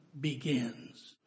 begins